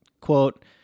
Quote